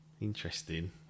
Interesting